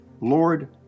Lord